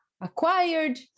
acquired